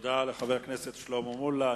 תודה לחבר הכנסת שלמה מולה.